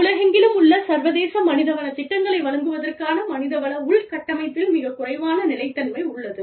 உலகெங்கிலும் உள்ள சர்வதேச மனிதவள திட்டங்களை வழங்குவதற்கான மனிதவள உள்கட்டமைப்பில் மிகக் குறைவான நிலைத்தன்மை உள்ளது